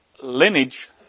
lineage